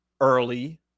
early